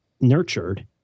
nurtured